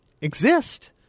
exist